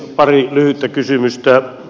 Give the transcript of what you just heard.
pari lyhyttä kysymystä